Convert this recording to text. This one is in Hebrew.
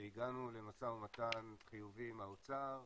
שהגענו למשא ומתן חיובי עם האוצר,